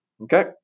okay